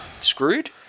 screwed